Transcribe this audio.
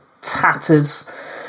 tatters